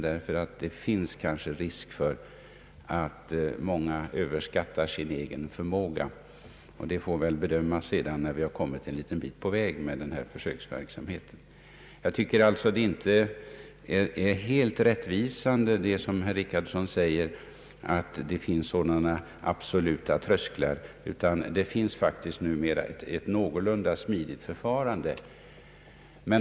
Det finns kanske risk för att många överskattar sin egen förmåga. Hur det är med den saken får väl bedömas när försöksverksamheten kommit en bit på väg. Jag tycker alltså att det inte är helt rättvisande, när herr Richardson talar om absoluta trösklar. Det finns faktiskt numera ett någorlunda smidigt förfarande.